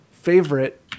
favorite